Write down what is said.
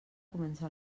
comença